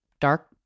dark